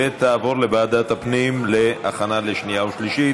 ותעבור לוועדת הפנים להכנה לשנייה ושלישית.